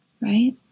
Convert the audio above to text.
right